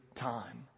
time